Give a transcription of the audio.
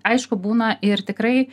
aišku būna ir tikrai